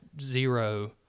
zero